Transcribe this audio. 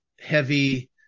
heavy